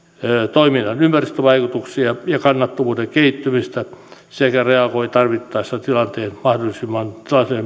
toiminnan ympäristövaikutuksia ja kannattavuuden kehittymistä sekä reagoi tarvittaessa tilanteeseen mahdollisimman